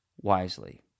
wisely